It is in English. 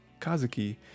Kazuki